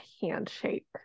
handshake